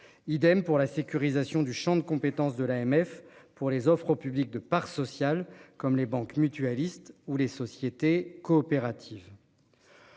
idem pour la sécurisation du Champ de compétence de l'AMF pour les offre au public de parts sociales, comme les banques mutualistes ou les sociétés coopératives.